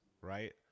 right